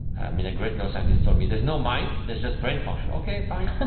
i mean a great neuroscientist told me, there's no mind, there's just brain function. ok, fine.